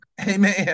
Amen